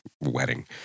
wedding